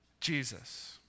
Jesus